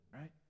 right